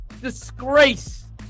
Disgrace